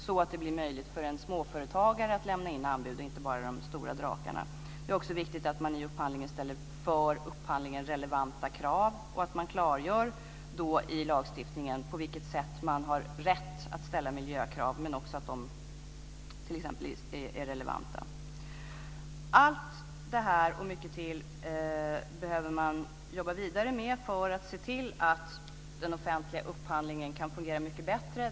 Det skulle då bli möjligt för en småföretagare, inte bara för de stora drakarna, att lämna in anbud. Det är också viktigt att det ställs för upphandlingen relevanta krav och i lagstiftningen klargörs på vilket sätt man har rätt att ställa miljökrav, som också ska vara relevanta. Allt det här och mycket till behöver man gå vidare med för att den offentliga upphandlingen ska kunna fungera mycket bättre.